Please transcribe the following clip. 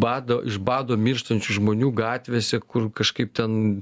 bado iš bado mirštančių žmonių gatvėse kur kažkaip ten